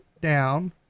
down